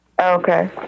Okay